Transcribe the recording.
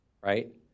right